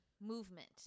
movement